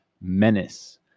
menace